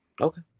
Okay